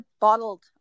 bottled